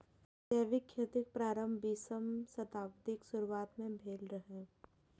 जैविक खेतीक प्रारंभ बीसम शताब्दीक शुरुआत मे भेल रहै